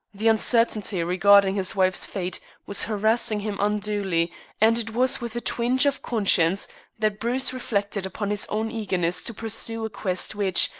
the uncertainty regarding his wife's fate was harassing him unduly and it was with a twinge of conscience that bruce reflected upon his own eagerness to pursue a quest which,